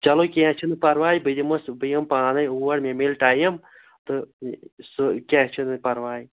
چلو کیٚنٛہہ چھُنہٕ پرواے بہٕ یِمَس بہٕ یِمہٕ پانے اور مےٚ میلہِ ٹایِم تہٕ سُہ کیٛاہ چھُنہٕ پرواے